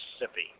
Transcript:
Mississippi